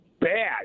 bad